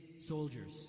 soldiers